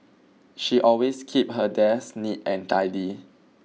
she always keep her desk neat and tidy